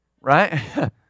Right